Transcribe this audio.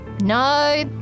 No